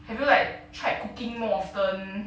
have you like tried cooking more often